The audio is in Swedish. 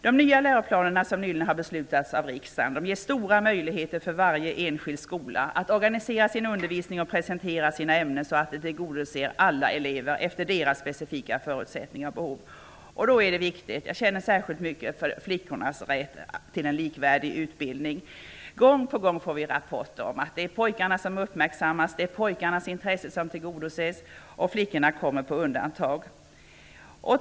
De nya läroplaner som riksdagen nyligen har beslutat om ger stora möjligheter för varje enskild skola att organisera sin undervisning och presentera sina ämnen så att de tillgodoser alla elever efter deras specifika förutsättningar och behov. Jag känner särskilt mycket för flickornas rätt till en likvärdig utbildning. Gång på gång får vi rapporter om att det är pojkarna som uppmärksammas, det är pojkarnas intressen som tillgodoses och flickorna kommer på undantag.